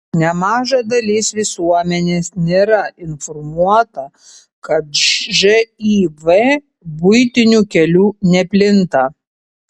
nemaža dalis visuomenės nėra informuota kad živ buitiniu keliu neplinta